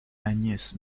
agnès